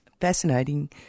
fascinating